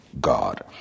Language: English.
God